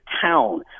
town